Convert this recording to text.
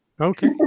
Okay